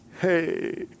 Hey